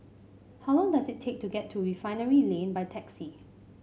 how long does it take to get to Refinery Lane by taxi